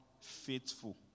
faithful